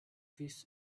fish